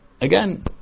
Again